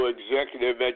Executive